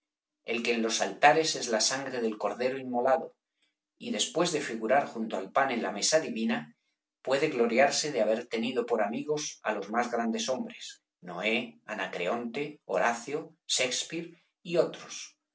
el que en los altares es la sangre del cordero inmolado y después de figurar junto al pan en la mesa divina puede gloriarse de haber tenido por amigos á los más grandes hombres noé anacreonte horacio shakespeare y otros